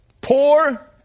Poor